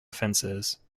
offences